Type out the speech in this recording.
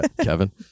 Kevin